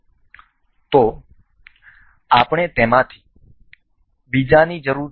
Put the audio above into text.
તેથી આપણે તેમાંથી બીજાની જરૂર છે